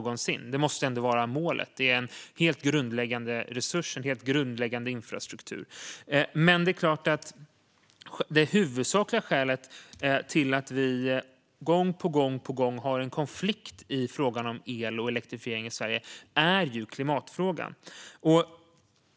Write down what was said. Det måste ändå vara målet. Det är en helt grundläggande resurs och en helt grundläggande infrastruktur. Men det är klart att det huvudsakliga skälet till att vi gång på gång har en konflikt i frågan om el och elektrifiering i Sverige är klimatfrågan.